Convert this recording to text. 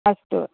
अस्तु